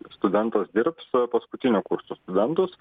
studentas dirbs paskutinio kurso studentus